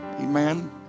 Amen